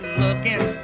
looking